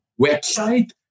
website